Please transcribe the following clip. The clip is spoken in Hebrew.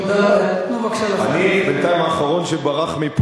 כשאתה בורח לסוריה, סימן שהטיעון שלך חלש.